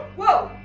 whoa!